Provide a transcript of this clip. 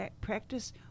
practice